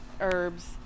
herbs